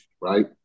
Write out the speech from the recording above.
right